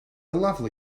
lovely